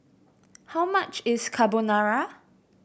how much is Carbonara